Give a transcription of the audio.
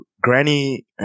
Granny